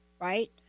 right